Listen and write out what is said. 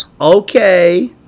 okay